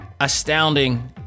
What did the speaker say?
astounding